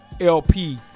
LP